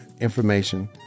information